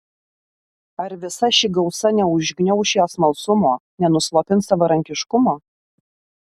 ar visa ši gausa neužgniauš jo smalsumo nenuslopins savarankiškumo